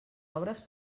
obres